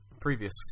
previous